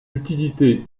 utilité